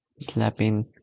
slapping